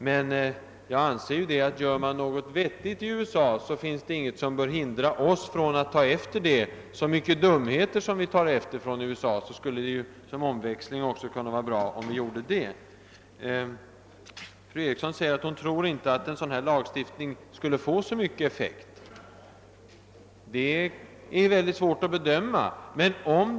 Men om de gör något vettigt i USA anser jag inte att vi bör känna oss förhindrade att ta efter det. Så mycket dumheter som vi annars tar efter USA kunde det ju vara bra att som omväxling ta efter något som är förnuftigt. Vidare sade fru Eriksson i Stockholm att hon inte tror att en lagstiftning på detta område skulle få någon större effekt. Det är svårt att bedöma den saken.